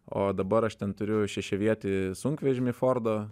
o dabar aš ten turiu šešiavietį sunkvežimį fordo